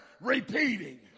repeating